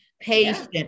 patient